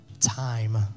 time